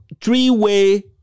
three-way